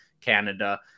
Canada